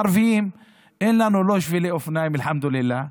אין לנו שבילי אופניים, אל-חמד לאללה,